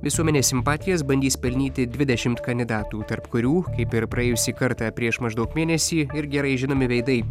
visuomenės simpatijas bandys pelnyti dvidešimt kandidatų tarp kurių kaip ir praėjusį kartą prieš maždaug mėnesį ir gerai žinomi veidai